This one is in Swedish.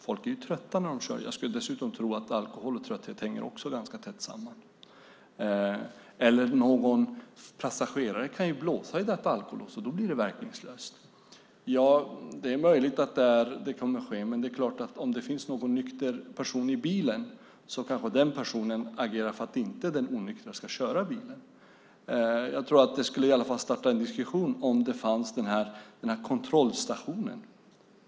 Folk kan ju vara trötta när de kör. Jag skulle tro att alkohol och trötthet hänger ganska tätt samman. Eller en passagerare kan blåsa i alkolåset, och då blir det verkningslöst. Ja, det är möjligt att det kommer att ske, men om det finns en nykter person i bilen kanske den personen agerar för att den onyktre inte ska köra bilen. Jag tror att det i alla fall skulle starta en diskussion om det fanns en kontrollstation.